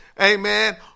Amen